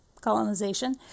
colonization